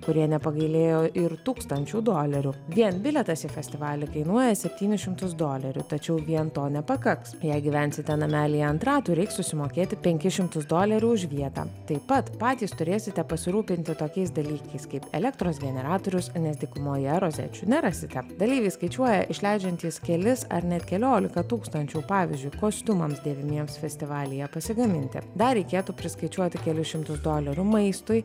kurie nepagailėjo ir tūkstančių dolerių vien bilietas į festivalį kainuoja septynis šimtus dolerių tačiau vien to nepakaks jei gyvensite namelyje ant ratų reiks susimokėti penkis šimtus dolerių už vietą taip pat patys turėsite pasirūpinti tokiais dalykais kaip elektros generatorius nes dykumoje rozečių nerasi tai skaičiuoja išleidžiantys kelis ar net keliolika tūkstančių pavyzdžiui kostiumams devyniems festivalyje pasigaminti dar reikėtų priskaičiuoti kelis šimtus dolerių maistui